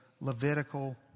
Levitical